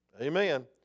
Amen